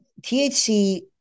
THC